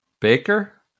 Baker